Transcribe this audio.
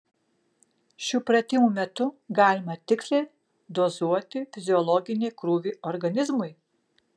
šių pratimų metu galima tiksliai dozuoti fiziologinį krūvį organizmui